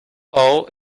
awe